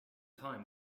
time